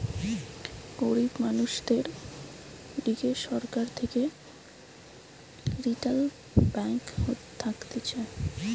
গরিব মানুষদের লিগে সরকার থেকে রিইটাল ব্যাঙ্ক থাকতিছে